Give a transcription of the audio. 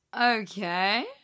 Okay